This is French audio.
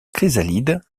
chrysalide